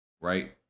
Right